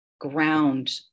ground